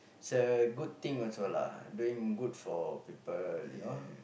it's a good thing also lah doing good for people you know